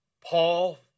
Paul